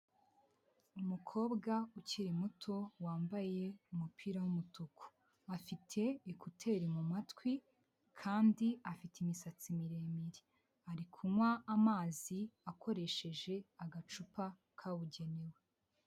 Umukobwa ukiri muto wambaye umupira w'umutuku, afite ekuteri mu matwi kandi afite imisatsi miremire, ari kunywa amazi akoresheje agacupa kabugenewe.